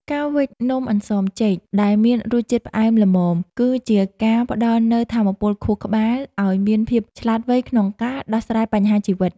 ការវេចនំអន្សមចេកដែលមានរសជាតិផ្អែមល្មមគឺ ជាការផ្ដល់នូវថាមពលខួរក្បាលឱ្យមានភាពឆ្លាតវៃក្នុងការដោះស្រាយបញ្ហាជីវិត។